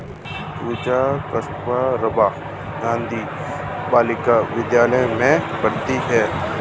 पूजा कस्तूरबा गांधी बालिका विद्यालय में पढ़ती थी